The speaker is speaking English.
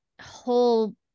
whole